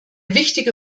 wichtige